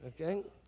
Okay